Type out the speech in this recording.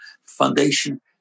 foundation